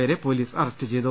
പേരെ police arrest ചെയ്തു